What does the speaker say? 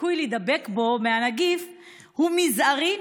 הסיכוי להידבק בו מהנגיף הוא מזערי,